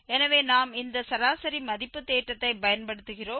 எனவே நாம் இந்த சராசரி மதிப்பு தேற்றத்தை பயன்படுத்துகிறோம்